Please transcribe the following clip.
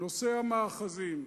נושא המאחזים.